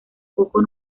poco